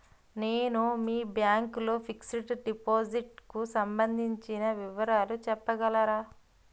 నేను మీ బ్యాంక్ లో ఫిక్సడ్ డెపోసిట్ కు సంబందించిన వివరాలు చెప్పగలరా?